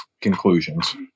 conclusions